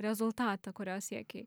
rezultatą kurio siekei